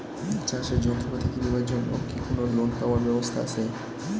চাষের যন্ত্রপাতি কিনিবার জন্য কি কোনো লোন পাবার ব্যবস্থা আসে?